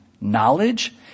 knowledge